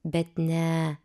bet ne